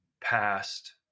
past